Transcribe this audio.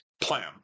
plan